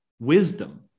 wisdom